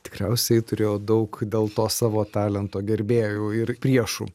tikriausiai turėjo daug dėl to savo talento gerbėjų ir priešų